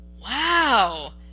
Wow